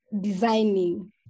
designing